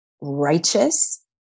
righteous